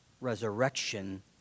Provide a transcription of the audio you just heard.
resurrection